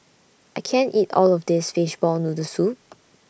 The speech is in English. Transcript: I can't eat All of This Fishball Noodle Soup